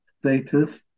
status